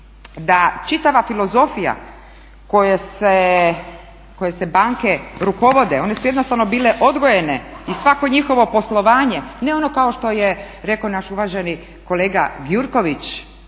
da čitava filozofija kojom se banke rukovode, one su jednostavno bile odgojene i svako njihovo poslovanje ne ono kao što je rekao naš uvaženi kolega Gjurković